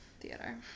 theater